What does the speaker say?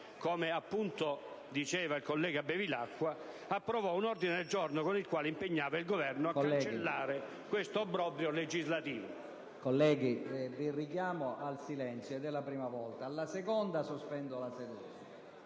come ha detto il collega Bevilacqua - approvò un ordine del giorno con il quale impegnava il Governo a cancellare questo obbrobrio legislativo.